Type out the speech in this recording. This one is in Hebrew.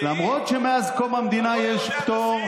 למרות שמאז קום המדינה יש פטור,